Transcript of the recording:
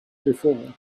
before